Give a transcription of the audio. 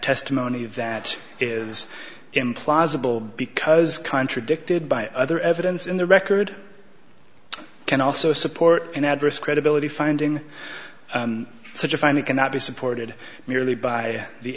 testimony of that is implausible because contradicted by other evidence in the record can also support an adverse credibility finding such a family cannot be supported merely by the